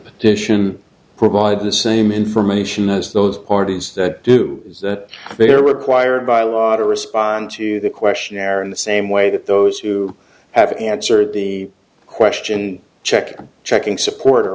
petition provide the same information as those parties that do that there would choir by law to respond to the questionnaire in the same way that those who have answered the question check and checking support are